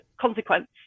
consequence